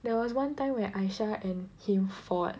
there was one time where Aisyah and him fought